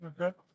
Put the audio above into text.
Okay